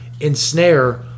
ensnare